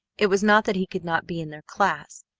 it was not that he could not be in their class,